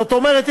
זאת אומרת,